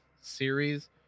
series